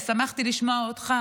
ושמחתי לשמוע אותך,